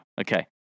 Okay